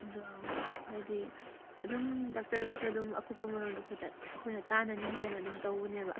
ꯑꯗꯣ ꯍꯥꯏꯗꯤ ꯑꯗꯨꯝ ꯗꯥꯛꯇꯔꯒꯁꯨ ꯑꯗꯨꯝ ꯑꯀꯨꯞꯄ ꯃꯔꯣꯜꯗꯣ ꯑꯩꯈꯣꯏꯅ ꯇꯥꯟꯅꯅꯤꯡꯗꯅ ꯑꯗꯨꯝ ꯇꯧꯕꯅꯦꯕ